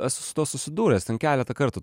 esu su tuo susidūręs ten keletą kartų